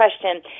question